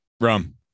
Rum